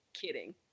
kidding